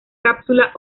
cápsula